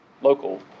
local